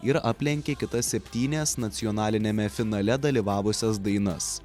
ir aplenkė kitas septynias nacionaliniame finale dalyvavusias dainas